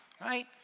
right